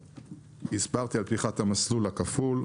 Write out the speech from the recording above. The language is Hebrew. הסברתי על פתיחת המסלול הכפול,